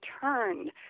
turned